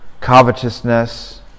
covetousness